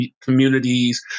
communities